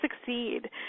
succeed